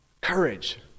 Courage